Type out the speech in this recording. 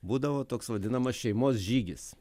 būdavo toks vadinamas šeimos žygis